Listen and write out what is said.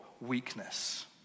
weakness